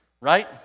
right